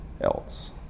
else